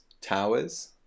towers